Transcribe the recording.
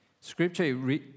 Scripture